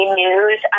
news